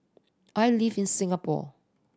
I live in Singapore